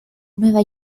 nueva